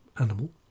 animal